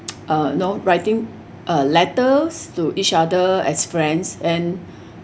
uh know writing uh letters to each other as friends and